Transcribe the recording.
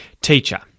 Teacher